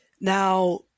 Now